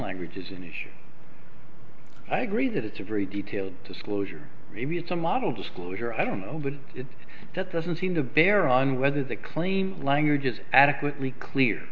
language is an issue i agree that it's a very detailed disclosure maybe it's a model disclosure i don't know but that doesn't seem to bear on whether the claim language is adequately clear